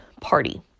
party